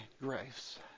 grace